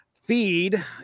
feed